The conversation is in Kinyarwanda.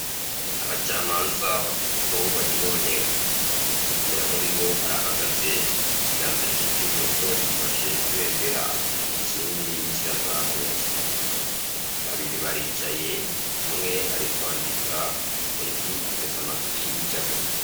Abacamanza batatu bari mu nteko umwe muri bo arahagaze ikiganza cye k'ibumoso gifashe ibendera ikindi kirazamuye, babiri baricaye umwe ari kwandika, undi ateze amatwi ibyo avuga.